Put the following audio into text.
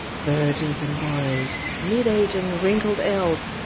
virgins and boys, mid-age and wrinkled eld,